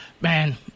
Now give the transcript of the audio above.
man